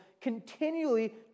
continually